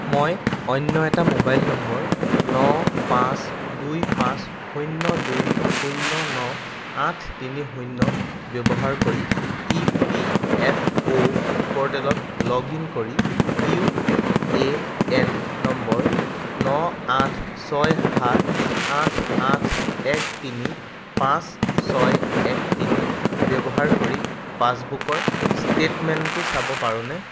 মই অন্য এটা মোবাইল নম্বৰ ন পাঁচ দুই পাঁচ শূন্য দুই শূন্য ন আঠ তিনি শূন্য ব্যৱহাৰ কৰি ইপিএফঅ' পৰ্টেলত লগ ইন কৰি ইউ এএন নম্বৰ ন আঠ ছয় সাত আঠ আঠ এক তিনি পাঁচ ছয় এক তিনি ব্যৱহাৰ কৰি পাছবুকৰ ষ্টেটমেণ্টটো চাব পাৰোঁনে